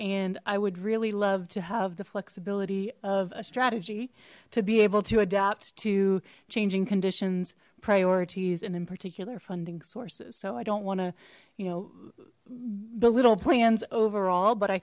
and i would really love to have the flexibility of a strategy to be able to adapt to changing conditions priorities and in particular funding sources so i don't want to you know the little plans overall but i